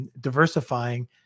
diversifying